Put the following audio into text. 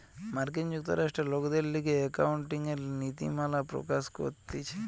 মার্কিন যুক্তরাষ্ট্রে লোকদের লিগে একাউন্টিংএর নীতিমালা প্রকাশ করতিছে